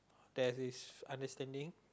that is understanding